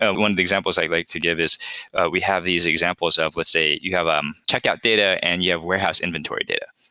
ah one of the examples i'd like to get is we have these examples of, let's say, you have um checked out data and you have warehouse inventory data,